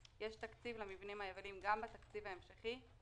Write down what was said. יש תקציב למבנים היבילים גם בתקציב ההמשכי.